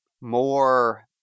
more